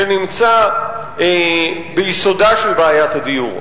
שנמצא ביסודה של בעיית הדיור.